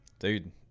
Dude